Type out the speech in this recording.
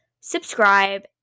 subscribe